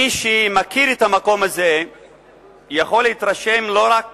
מי שמכיר את המקום הזה יכול להתרשם לא רק